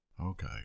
okay